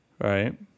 right